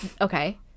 okay